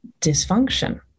dysfunction